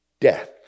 death